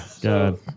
God